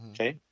Okay